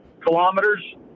kilometers